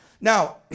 now